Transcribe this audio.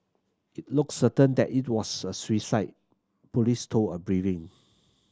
it looks certain that it was a suicide police told a briefing